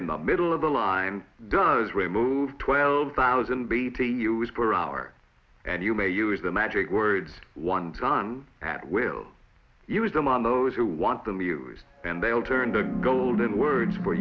in the middle of the line does remove twelve thousand b t u s per hour and you may use the magic words one ton that will use them on those who want them used and they'll turn the golden words for